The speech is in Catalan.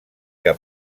que